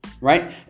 Right